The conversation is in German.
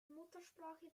muttersprache